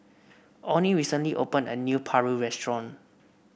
Onnie recently opened a new paru restaurant